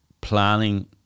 planning